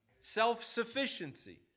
self-sufficiency